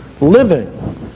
living